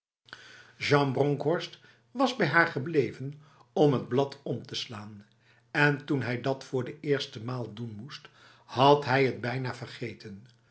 bronkhorst was bij haar gebleven om t blad om te slaan en toen hij dat voor de eerste maal doen moest had hij het bijna vergeten